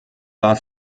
war